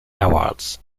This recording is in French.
awards